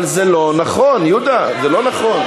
אבל זה לא נכון, יהודה, זה לא נכון.